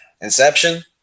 Inception